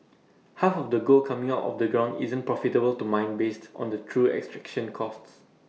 half of the gold coming out of the ground isn't profitable to mine based on the true extraction costs